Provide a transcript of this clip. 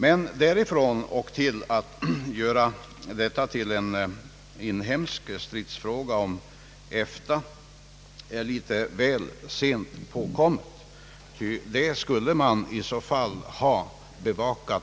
Men att göra detta till en inhemsk stridsfråga om EFTA är väl sent påtänkt, ty den frågan skulle man ha bevakat